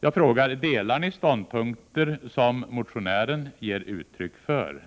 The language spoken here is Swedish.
Jag frågar: Delar ni de ståndpunkter som motionären ger uttryck för?